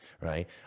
Right